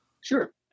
Sure